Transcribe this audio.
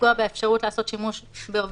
לפגוע באפשרות לעשות שימוש בעובד,